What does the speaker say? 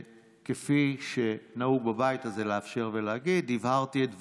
כפי שנהוג בבית הזה, שהבהרתי את דבריי.